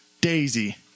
Daisy